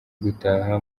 gutaha